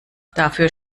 dafür